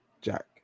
Jack